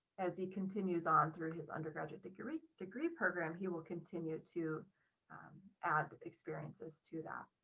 as he continues on through his undergraduate degree degree program, he will continue to add experiences to that.